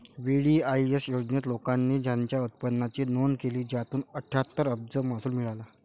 VDIS योजनेत, लोकांनी त्यांच्या उत्पन्नाची नोंद केली, ज्यातून अठ्ठ्याहत्तर अब्ज महसूल मिळाला